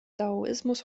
daoismus